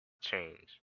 change